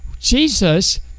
Jesus